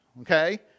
Okay